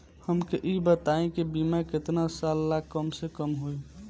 हमके ई बताई कि बीमा केतना साल ला कम से कम होई?